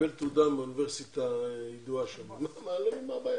וקיבל תעודה מאוניברסיטה ידועה שם, מה הבעיה?